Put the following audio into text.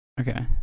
okay